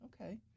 Okay